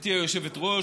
גברתי היושבת-ראש,